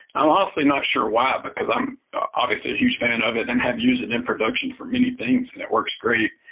i'm honestly not sure why, because i'm obviously a huge fan of it and have used it in production for many things and it works great.